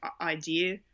idea